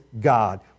God